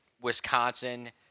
Wisconsin